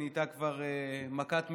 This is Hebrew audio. שנהייתה כבר מכת מדינה,